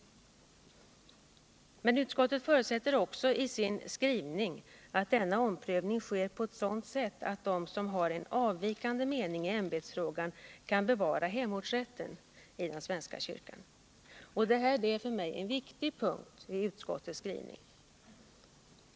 Men utskottet förutsätter också i sin skrivning att denna omprövning sker på sådant sätt att de som har en avvikande mening i ämbetsfrågan kan bevara hemortsrätt i svenska kyrkan. Detta är för mig en viktig punkt i utskottets skrivning.